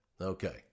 Okay